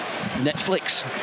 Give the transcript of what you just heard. Netflix